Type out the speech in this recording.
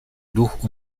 duch